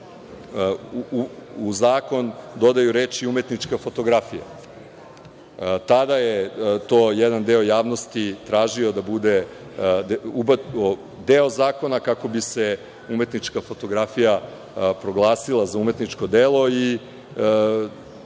u Zakon dodaju reči umetnička fotografija. Tada je to jedan deo javnosti tražio da bude deo zakona, kako bi se umetnička fotografija proglasila za umetničko delo.